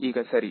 ಈಗ ಸರಿ